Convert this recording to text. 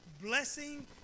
blessing